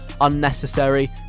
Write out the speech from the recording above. unnecessary